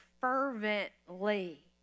fervently